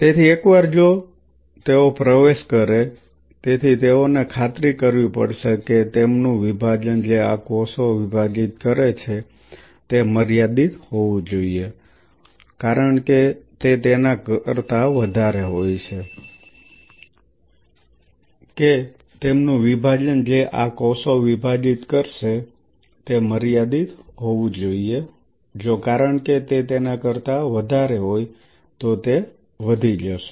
તેથી એકવાર જો તેઓ પ્રવેશ કરે તેથી તેઓને ખાતરી કરવી પડશે કે તેમનું વિભાજન જે આ કોષો વિભાજિત કરશે તે મર્યાદિત હોવું જોઈએ જો કારણ કે તે તેના કરતા વધારે હોય તો તે વધી જશે